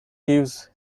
gives